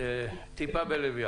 טיפה בלב ים.